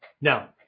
now